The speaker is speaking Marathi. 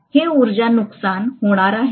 हे उर्जा नुकसान होणार आहे